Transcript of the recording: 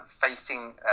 facing